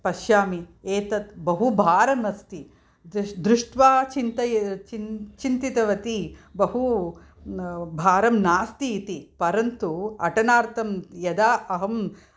पश्यामि एतत् बहु भारम् अस्ति दृष्ट्वा चिन्तय चिन्तितवती बहु भारं नास्ति इति परन्तु अटनार्थम् यदा अहम्